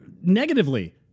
negatively